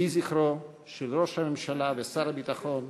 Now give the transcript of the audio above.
יהי זכרו של ראש הממשלה ושר הביטחון,